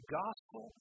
gospel